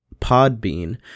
Podbean